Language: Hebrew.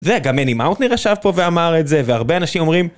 וגם מני מאוטנר ישב פה ואמר את זה, והרבה אנשים אומרים